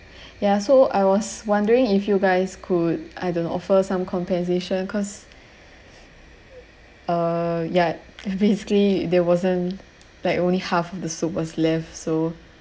ya so I was wondering if you guys could either offer some compensation cause uh ya basically there wasn't like only half of the soup was left so